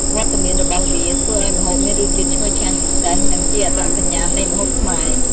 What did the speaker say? វត្តមានរបស់វាធ្វើឲ្យម្ហូបមានរសជាតិឈ្ងុយឆ្ងាញ់ពិសេស និងជាអត្តសញ្ញាណនៃម្ហូបខ្មែរ។